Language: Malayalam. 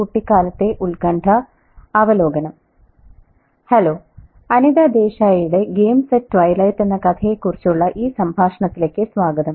ദിവ്യ ഹലോ അനിതാ ദേശായിയുടെ ഗെയിംസ് അറ്റ് ട്വിലൈറ്റ് എന്ന കഥയെക്കുറിച്ചുള്ള ഈ സംഭാഷണത്തിലേക്ക് സ്വാഗതം